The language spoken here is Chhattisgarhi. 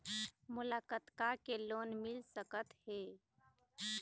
मोला कतका के लोन मिल सकत हे?